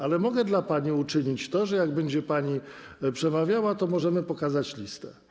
Ale mogę dla pani uczynić to, że jak będzie pani przemawiała, to możemy pokazać listę.